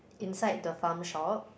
inside the Farm Shop